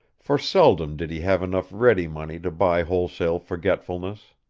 for seldom did he have enough ready money to buy wholesale forgetfulness.